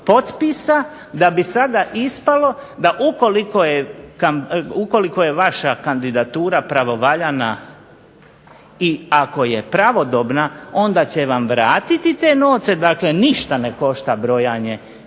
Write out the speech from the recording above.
da bi sada ispalo da ukoliko je vaša kandidatura pravovaljana i ako je pravodobna onda će vam vratiti te novce, dakle ništa ne košta brojanje